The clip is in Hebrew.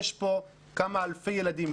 יש פה כמה אלפי ילדים,